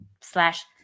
slash